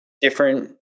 different